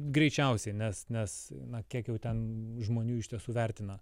greičiausiai nes nes na kiek jau ten žmonių iš tiesų vertina